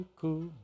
cool